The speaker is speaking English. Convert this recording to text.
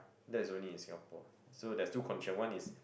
that is only in Singapore so there's two condition one is